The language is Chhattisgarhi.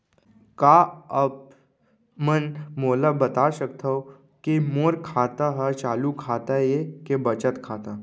का आप मन मोला बता सकथव के मोर खाता ह चालू खाता ये के बचत खाता?